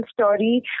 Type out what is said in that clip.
story